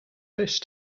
fish